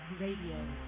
Radio